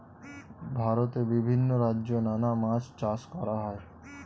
ভারতে বিভিন্ন রাজ্যে নানা মাছ চাষ করা হয়